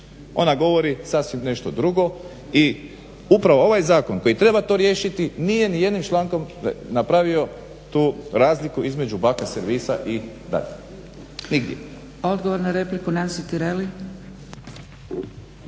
Ona govori sasvim nešto drugo i upravo ovaj zakon koji treba to riješiti, nije ni jednim člankom napravio tu razliku između baka servisa i dadilja nigdje. **Zgrebec, Dragica